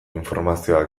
informazioa